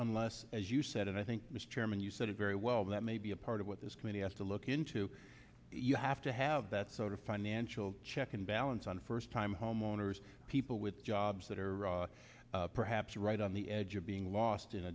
unless as you said and i think mr chairman you said it very well that may be a part of what this committee has to look into you have to have that sort of financial check and balance on first time homeowners people with jobs that are perhaps right on the edge of being lost in